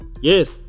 Yes